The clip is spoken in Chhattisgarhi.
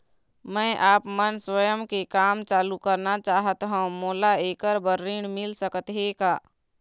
मैं आपमन स्वयं के काम चालू करना चाहत हाव, मोला ऐकर बर ऋण मिल सकत हे का?